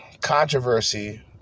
controversy